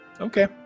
okay